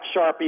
Sharpie